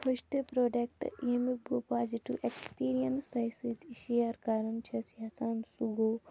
first product ییٚمیُک بہٕ positive experience تۄہہِ سۭتۍ شیر کَران چھَس یَژھان سُہ گوٚو